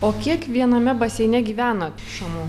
o kiek viename baseine gyvena šamų